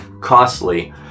costly